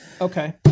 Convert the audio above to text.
okay